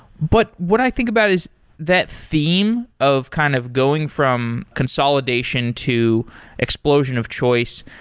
but what i think about is that theme of kind of going from consolidation to explosion of choice.